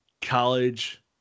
college